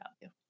value